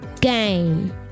game